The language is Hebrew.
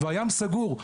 והים סגור.